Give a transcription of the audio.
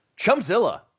Chumzilla